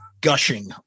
gushing